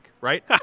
right